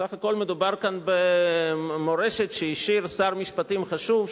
סך הכול מדובר כאן במורשת שהשאיר שר משפטים חשוב,